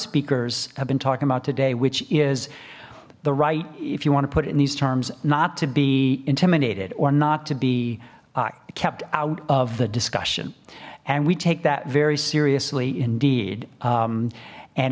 speakers have been talking about today which is the right if you want to put it in these terms not to be intimidated or not to be kept out of the discussion and we take that very seriously indeed